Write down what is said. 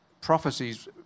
prophecies